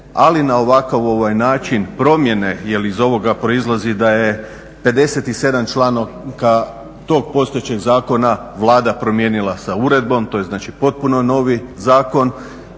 ali na ovakav ovaj način promjene, jel iz ovoga proizlazi da je 57 članaka tog postojećeg zakona Vlada promijenila sa uredbom, to je znači potpuno novi zakon